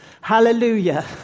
Hallelujah